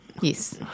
Yes